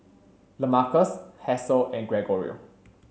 Lamarcus Hasel and Gregorio